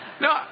No